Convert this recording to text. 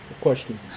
question